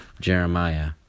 Jeremiah